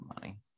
money